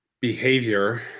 behavior